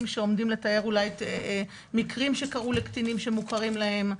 שעומדים לתאר אולי מקרים שקרו לקטינים שמוכרים להם,